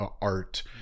art